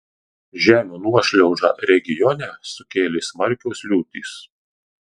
žemių nuošliaužą regione sukėlė smarkios liūtys